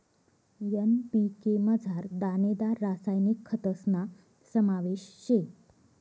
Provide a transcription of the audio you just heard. NPK मझार दानेदार रासायनिक खतस्ना समावेश शे